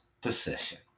position